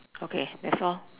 okay that's all